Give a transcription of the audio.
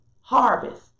harvest